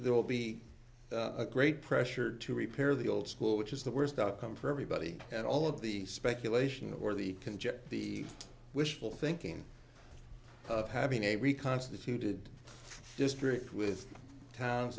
there will be a great pressure to repair the old school which is the worst outcome for everybody and all of the speculation or the conject the wishful thinking of having a reconstituted district with towns